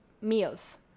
meals